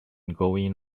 going